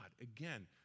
again